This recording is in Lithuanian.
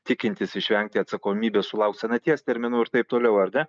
tikintis išvengti atsakomybės sulaukt senaties terminų ir taip toliau ar ne